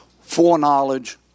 Foreknowledge